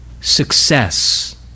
success